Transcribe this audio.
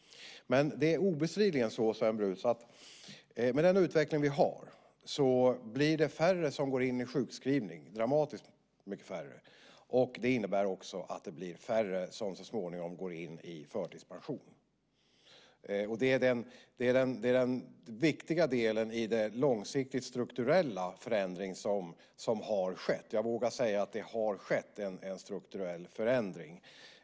Det är obestridligen så, Sven Brus, att med den utveckling vi har går färre in i sjukskrivning; det är en dramatisk minskning. Det i sin tur innebär att färre så småningom går in i förtidspension. Det är den viktiga delen i den långsiktigt strukturella förändring som skett. Jag vågar säga att det skett en strukturell förändring.